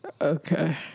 Okay